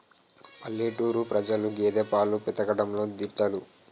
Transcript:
పల్లెటూరు ప్రజలు గేదె పాలు పితకడంలో దిట్టలు